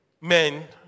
men